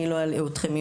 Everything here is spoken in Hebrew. אני לא אלאה אתכם.